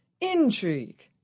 intrigue